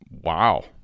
wow